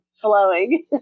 flowing